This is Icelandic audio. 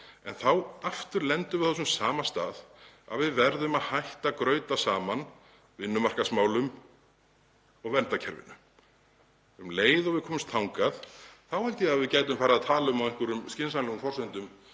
En þá lendum við aftur á þessum sama stað, að við verðum að hætta að grauta saman vinnumarkaðsmálum og verndarkerfinu. Um leið og við komumst þangað held ég að við gætum farið að tala á einhverjum skynsamlegum forsendum